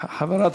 חברת